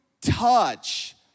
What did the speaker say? touch